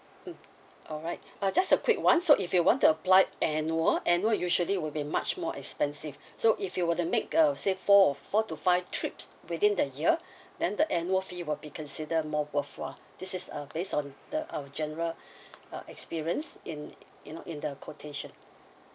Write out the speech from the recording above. mm alright uh just a quick one so if you want to apply annual annual usually will be much more expensive so if you were to make uh let's say four or four to five trips within the year then the annual fee will be consider more worthwhile this is uh based on the our general uh experience in you know in the quotation